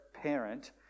parent